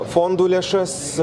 fondų lėšas